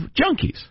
junkies